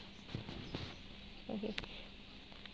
okay